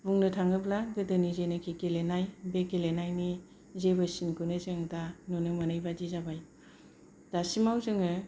बुंनो थाङोब्ला गोदोनि जेनोखि गेलेनाय बे गेलेनायनि जेबो सिनखौनो जों दा नुनो मोनै बादि जाबाय दासिमाव जोङो